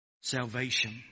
salvation